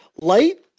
Light